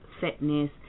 fitness